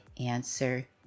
answer